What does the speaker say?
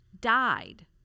died